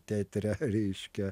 teatre reiškia